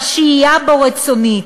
שהשהייה בו רצונית,